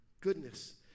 goodness